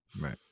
right